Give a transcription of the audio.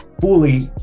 fully